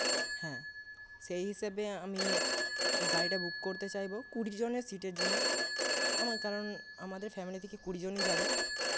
হ্যাঁ সেই হিসেবে আমি গাড়িটা বুক করতে চাইবো কুড়ি জনের সিটের জন্য আমার কারণ আমাদের ফ্যামিলি থেকে কুড়ি জনই যাবে